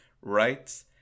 right